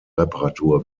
reparatur